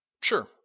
Sure